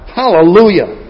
hallelujah